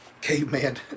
Caveman